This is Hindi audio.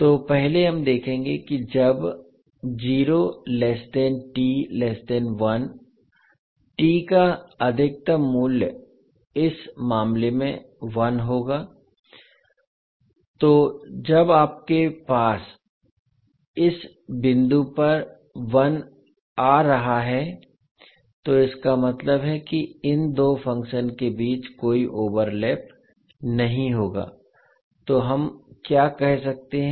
तो पहले हम देखेंगे कि जब t का अधिकतम वैल्यू इस मामले में एक होगा तो जब आपके पास इस बिंदु पर 1 आ रहा है तो इसका मतलब है कि इन दो फंक्शन के बीच कोई ओवरलैप नहीं होगा तो हम क्या कह सकते हैं